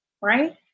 right